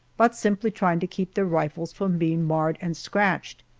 but simply trying to keep their rifles from being marred and scratched,